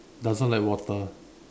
doesn't like water